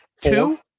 two